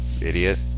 idiot